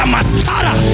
Mascara